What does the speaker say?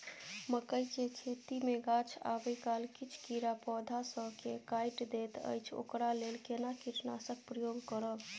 मकई के खेती मे गाछ आबै काल किछ कीरा पौधा स के काइट दैत अछि ओकरा लेल केना कीटनासक प्रयोग करब?